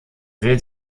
will